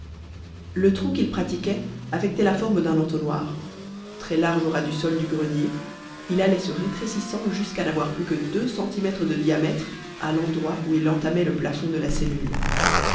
le trou qu'il pratiquait affectait la forme d'un entonnoir très large au ras du sol du grenier il allait se rétrécissant jusqu'à n'avoir plus que deux centimètres de diamètre à l'endroit où il entamait le plafond de la cellule